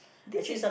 this is